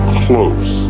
close